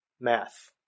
math